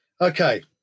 Okay